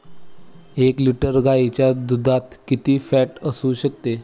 एक लिटर गाईच्या दुधात किती फॅट असू शकते?